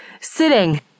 sitting